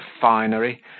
finery